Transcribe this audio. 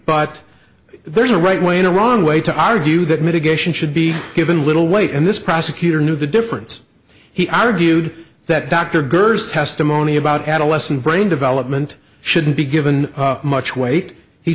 but there is a right way in a wrong way to argue that mitigation should be given little weight and this prosecutor knew the difference he argued that dr girs testimony about adolescent brain development shouldn't be given much weight he